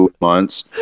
months